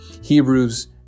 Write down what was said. Hebrews